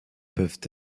peuvent